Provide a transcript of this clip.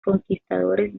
conquistadores